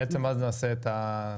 בעצם אז נעשה את.